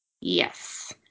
Yes